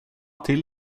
till